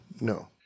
No